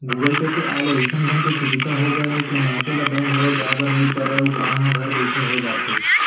Google Pay के आय ले अइसन ढंग के सुभीता हो गए हे के मनसे ल बेंक घलौ जाए बर नइ परय अउ काम ह घर बइठे हो जाथे